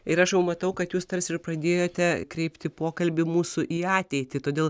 ir aš jau matau kad jūs tarsi ir pradėjote kreipti pokalbį mūsų į ateitį todėl